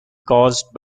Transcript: caused